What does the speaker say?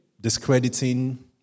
discrediting